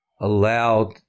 allowed